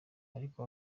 ariko